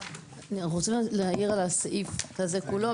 אנחנו רוצים להעיר על הסעיף הזה כולו,